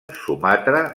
sumatra